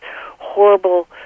horrible